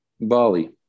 Bali